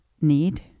need